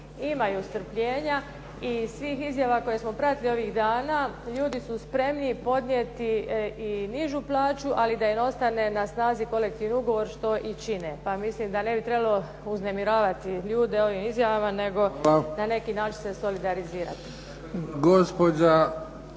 imaju strpljenja i iz svih izjava koje smo pratili ovih dana ljudi su spremni podnijeti i nižu plaću ali da im ostane na snazi kolektivni ugovor što i čine. Pa mislim da ne bi trebalo uznemiravati ljude ovim izjavama nego na neki način se solidarizirati.